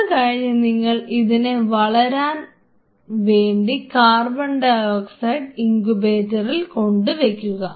അതുകഴിഞ്ഞ് നിങ്ങൾ ഇതിനെ വളരാൻ വേണ്ടി കാർബൺഡയോക്സൈഡ് ഇൻകുബേറ്ററിൽ കൊണ്ട് വയ്ക്കുക